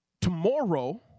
tomorrow